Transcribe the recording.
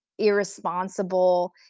irresponsible